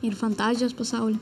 ir fantazijos pasaulį